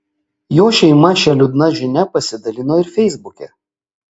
jo šeima šia liūdna žinia pasidalino ir feisbuke